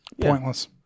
Pointless